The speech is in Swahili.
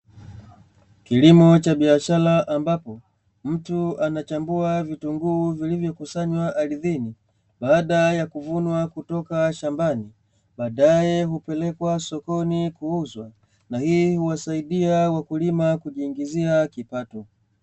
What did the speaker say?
Kilimo cha biashara mbapo mtu anachambua vitunguu vilivyokusanywa ardhini, baada ya kuvunwa kutoka shambani badae hupelekwa sokoni kuuzwa, na hii huwasaidia wakulima kujiingizia kipato.